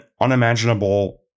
unimaginable